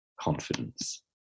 confidence